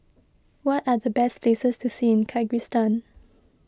what are the best places to see in Kyrgyzstan